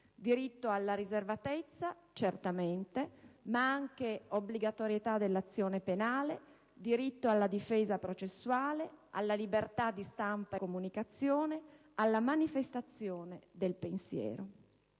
diritto alla riservatezza, ma anche l'obbligatorietà dell'azione penale, il diritto alla difesa processuale, alla libertà di stampa e comunicazione, alla manifestazione del pensiero.